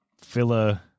filler